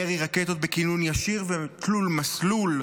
מירי רקטות בכינון ישיר ותלול מסלול,